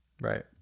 Right